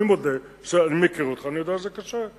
אני מודה, אני מכיר אותך, אני יודע שזה קשה.